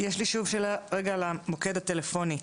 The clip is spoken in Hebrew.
יש לי שאלה על המוקד הטלפוני.